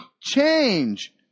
Change